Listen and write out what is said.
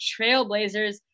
trailblazers